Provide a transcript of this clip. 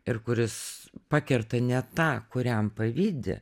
ir kuris pakerta ne tą kuriam pavydi